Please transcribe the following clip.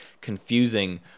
confusing